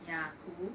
ya cool